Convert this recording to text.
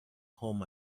home